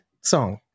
song